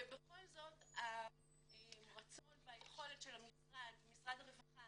בכל זאת הרצון והיכולת של משרד הרווחה